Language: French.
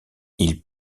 ils